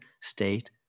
state